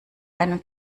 einen